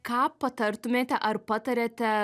ką patartumėte ar patariate